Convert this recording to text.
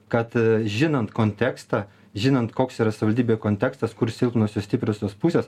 kad žinant kontekstą žinant koks yra savivaldybėj kontekstas kur silpnosios stipriosios pusės